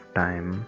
time